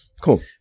Cool